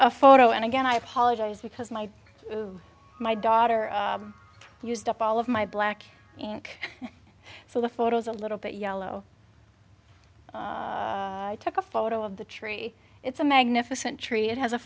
a photo and again i apologize because my my daughter used up all of my black and so the photos a little bit yellow i took a photo of the tree it's a magnificent tree it has a